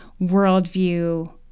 worldview